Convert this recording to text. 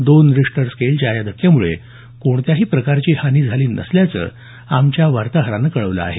दोन रिश्टर स्केलच्या या धक्क्यामुळे कोणत्याही प्रकारची हानी झाली नसल्याचं आमच्या वार्ताहरानं कळवलं आहे